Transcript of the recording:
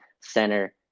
center